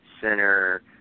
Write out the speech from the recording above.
Center